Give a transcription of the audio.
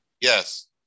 Yes